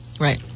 Right